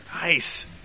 Nice